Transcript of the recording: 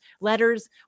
letters